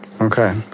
Okay